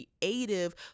creative